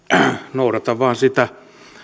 noudatan vain sitä